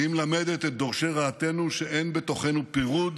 והיא מלמדת את דורשי רעתנו שאין בתוכנו פירוד,